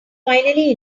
finally